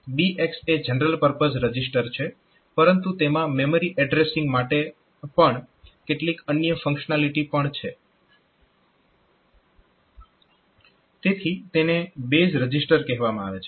BX એ general purpose register છે પરંતુ તેમાં મેમરી એડ્રેસીંગ માટે કેટલીક અન્ય ફંક્શનાલીટી પણ છે તેથી તેને બેઝ રજીસ્ટર કહેવામાં આવે છે